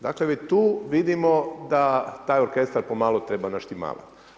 Dakle, već tu vidimo da taj orkestar po malo treba naštimavati.